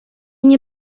nie